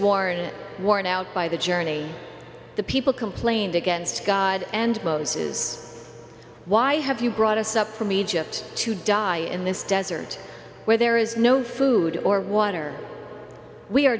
warning worn out by the journey the people complained against god and most is why have you brought us up from egypt to die in this desert where there is no food or water we are